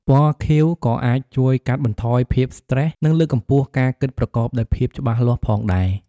ពណ៌ខៀវក៏អាចជួយកាត់បន្ថយភាពស្ត្រេស និងលើកកម្ពស់ការគិតប្រកបដោយភាពច្បាស់លាស់ផងដែរ។